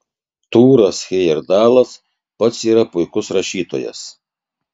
tūras hejerdalas pats yra puikus rašytojas